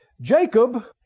Jacob